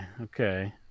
okay